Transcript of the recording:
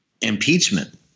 impeachment